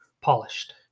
polished